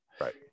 Right